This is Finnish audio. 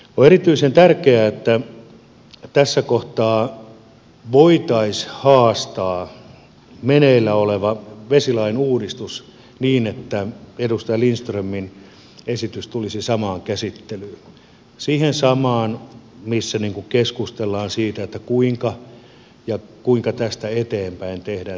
on erityisen tärkeää että tässä kohtaa voitaisiin haastaa meneillä oleva vesilain uudistus niin että edustaja lindströmin esitys tulisi samaan käsittelyyn siihen samaan missä keskustellaan siitä kuinka tästä eteenpäin tehdään